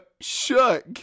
shook